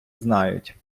знають